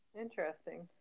interesting